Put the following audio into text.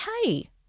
okay